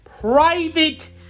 private